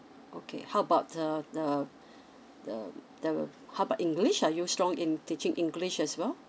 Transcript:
okay how about the the the um the how about english are you strong in teaching english as well